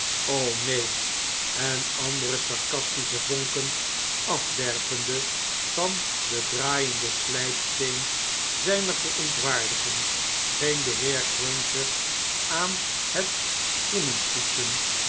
neen en andere sarcastische vonken afwerpende van den draaienden slijpsteen zjjner verontwaardiging ging de heer cruncher aan het schoenenpoetsen